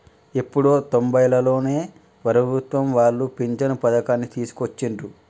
ఎప్పుడో తొంబైలలోనే ప్రభుత్వం వాళ్ళు పించను పథకాన్ని తీసుకొచ్చిండ్రు